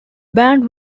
band